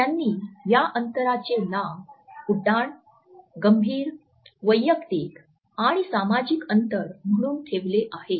त्यांनी या अंतराचे नाव उड्डाण गंभीर वैयक्तिक आणि सामाजिक अंतर म्हणून ठेवले आहे